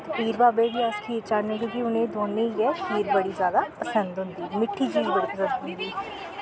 पीर बाबे गी अस खीर चाढ़ने क्योंकि उनें दोनें गी गै खीर बड़ी जादा पसंद होंदी मिट्ठी चीज लोड़दी